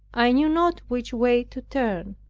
i knew not which way to turn.